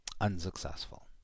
unsuccessful